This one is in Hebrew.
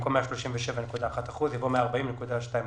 במקום "137.1 אחוזים" יבוא "140.2 אחוזים".